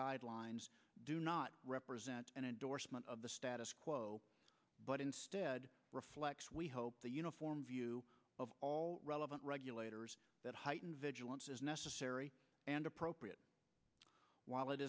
guidelines do not represent an endorsement of the status quo but instead reflects we hope the uniform view of all relevant regulators that heightened vigilance is necessary and appropriate while it